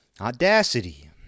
audacity